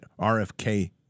RFK